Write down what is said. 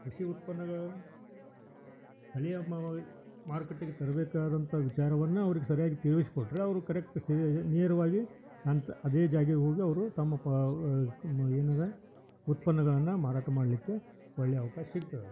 ಕೃಷಿ ಉತ್ಪನ್ನಗಳು ಸ್ಥಳೀಯ ಮಾರುಕಟ್ಟೆಗೆ ತರಬೇಕಾದಂಥ ವಿಚಾರವನ್ನು ಅವ್ರಿಗೆ ಸರಿಯಾಗಿ ತಿಳಿಸ್ಕೊಟ್ರೆ ಅವರು ಕರೆಕ್ಟ್ ಸರಿಯಾಗಿ ನೇರವಾಗಿ ನಂತರ ಅದೇ ಜಾಗ ಹೋಗಿ ಅವರು ತಮ್ಮ ಏನಿದೆ ಉತ್ಪನ್ನಗಳನ್ನು ಮಾರಾಟ ಮಾಡಲಿಕ್ಕೆ ಒಳ್ಳೆಯ ಅವ್ಕಾಶ ಸಿಗ್ತದ